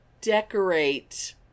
decorate